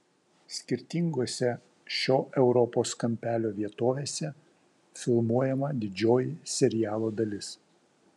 skirtingose šio europos kampelio vietovėse filmuojama didžioji serialo dalis